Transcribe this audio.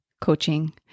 coaching